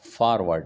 forward